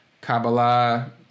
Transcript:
Kabbalah